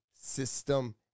system